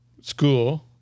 school